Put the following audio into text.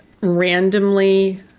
randomly